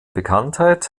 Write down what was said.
bekanntheit